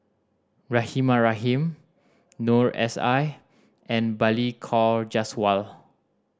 Rahimah Rahim Noor S I and Balli Kaur Jaswal